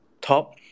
top